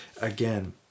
again